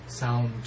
Sound